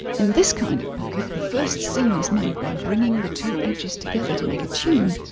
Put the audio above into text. in this kind of pocket, the first seam is made by bringing the two edges together to make a tube.